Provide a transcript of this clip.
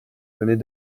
venait